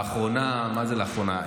לאחרונה, מה זה לאחרונה?